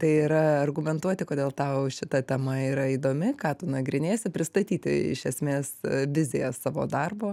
tai yra argumentuoti kodėl tau šita tema yra įdomi ką tu nagrinėsi pristatyti iš esmės viziją savo darbo